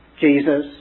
Jesus